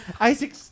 Isaac